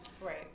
right